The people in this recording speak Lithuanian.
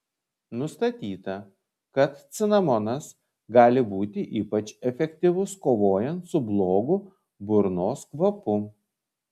nustatyta kad cinamonas gali būti ypač efektyvus kovojant su blogu burnos kvapu